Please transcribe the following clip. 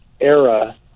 era